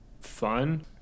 fun